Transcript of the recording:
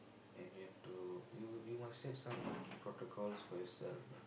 and you have to you you must set some protocols for yourself lah